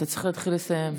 אתה צריך להתחיל לסיים.